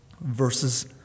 verses